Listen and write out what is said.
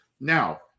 Now